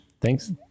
Thanks